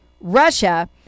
Russia